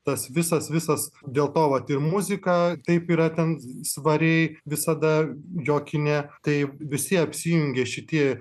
tas visas visas dėlto vat ir muzika taip yra ten svariai visada jo kine tai visi apsijungė šitie